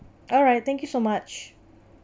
alright thank you so much